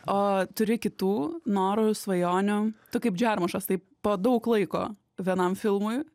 o turi kitų norų svajonių tu kaip džermošas taip po daug laiko vienam filmui